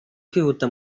kwihuta